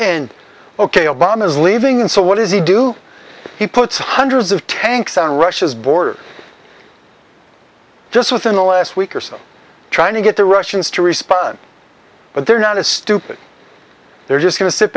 and ok obama is leaving and so what does he do he puts hundreds of tanks on russia's border just within the last week or so trying to get the russians to respond but they're not as stupid they're just go